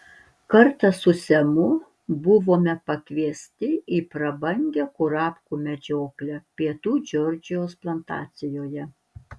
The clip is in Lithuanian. kartą su semu buvome pakviesti į prabangią kurapkų medžioklę pietų džordžijos plantacijoje